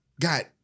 got